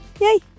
Yay